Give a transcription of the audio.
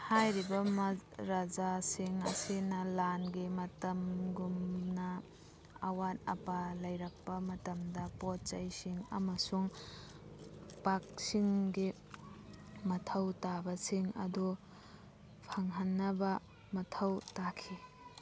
ꯍꯥꯏꯔꯤꯕ ꯔꯥꯖꯥꯁꯤꯡ ꯑꯁꯤꯅ ꯂꯥꯟꯒꯤ ꯃꯇꯝꯒꯨꯝꯅ ꯑꯋꯥꯠ ꯑꯄꯥ ꯂꯩꯔꯛꯄ ꯃꯇꯝꯗ ꯄꯣꯠ ꯆꯩꯁꯤꯡ ꯑꯃꯁꯨꯡ ꯄꯥꯛꯁꯤꯡꯒꯤ ꯃꯊꯧ ꯇꯥꯕꯁꯤꯡ ꯑꯗꯨ ꯐꯪꯍꯟꯅꯕ ꯃꯊꯧ ꯇꯥꯈꯤ